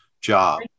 job